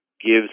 gives